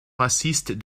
racistes